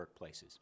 workplaces